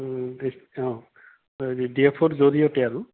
অঁ অঁ D F অ'ৰ জৰিয়তে আৰু